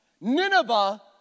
Nineveh